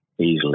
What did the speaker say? easily